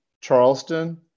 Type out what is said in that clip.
Charleston